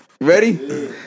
Ready